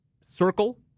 Circle